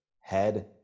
head